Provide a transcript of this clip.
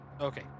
Okay